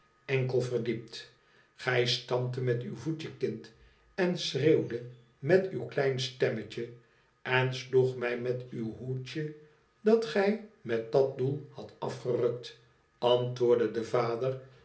enkel verdiept igij stamptet met uw voetje kind en schreeuwdet met uw klein stemmetje en sloegt mij met uw hoedje dat gij met dat doel hadt afgerukt antwoordde de vader